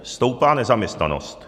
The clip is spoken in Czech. Stoupá nezaměstnanost.